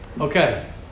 Okay